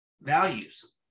values